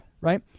Right